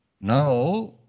now